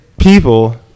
people